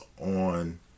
on